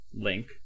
Link